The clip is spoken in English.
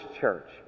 church